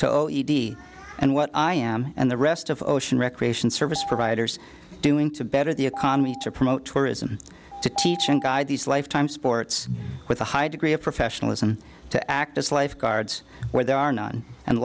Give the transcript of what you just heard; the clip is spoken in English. to o e d and what i am and the rest of ocean recreation service providers doing to better the economy to promote tourism to teach and guide these lifetime sports with a high degree of professionalism to act as lifeguards where there are none and